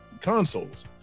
consoles